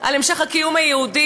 על המשך הקיום יהודי,